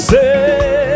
Say